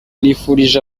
nifurije